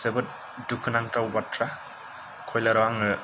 जोबोद दुखु नांथाव बाथ्रा कुर'इलाराव आङो